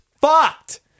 fucked